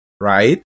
right